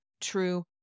true